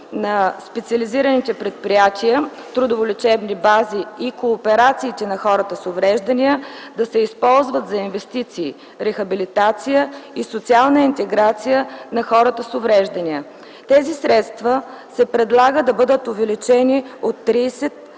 на специализираните предприятия, трудово-лечебни бази и кооперациите на хората с увреждания да се използват за инвестиции, рехабилитация и социална интеграция на хората с увреждания. Тези средства се предлага да бъдат увеличени от 30